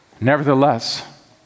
Nevertheless